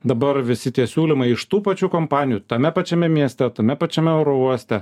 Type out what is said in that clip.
dabar visi tie siūlymai iš tų pačių kompanijų tame pačiame mieste tame pačiame oro uoste